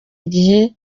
igihe